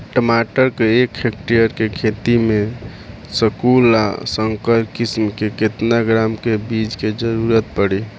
टमाटर के एक हेक्टेयर के खेती में संकुल आ संकर किश्म के केतना ग्राम के बीज के जरूरत पड़ी?